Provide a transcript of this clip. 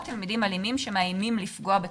איומים או סחיטה.